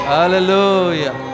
Hallelujah